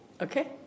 Okay